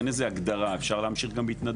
אין לזה הגדרה, אפשר להמשיך גם בהתנדבות.